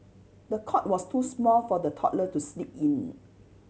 the cot was too small for the toddler to sleep in